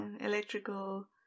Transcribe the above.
Electrical